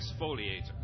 Exfoliator